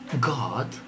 God